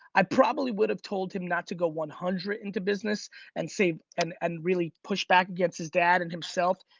i probably would have told him not to go one hundred into business and save and and really push back against his dad and himself,